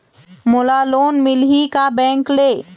मोला लोन मिलही का बैंक ले?